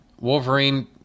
Wolverine